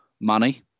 money